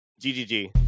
GGG